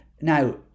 Now